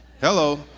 hello